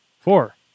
four